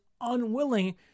unwilling